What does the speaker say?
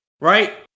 right